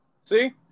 See